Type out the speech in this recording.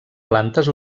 plantes